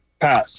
Pass